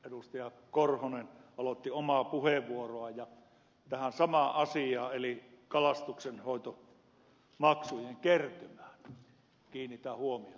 timo korhonen aloitti omaa puheenvuoroaan ja tähän samaan asiaan eli kalastuksenhoitomaksujen kertymään kiinnitän huomiota